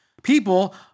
People